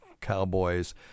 Cowboys